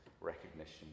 Recognition